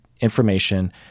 information